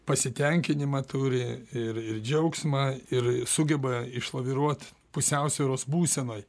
pasitenkinimą turi ir ir džiaugsmą ir sugeba išlaviruot pusiausvyros būsenoj